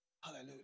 Hallelujah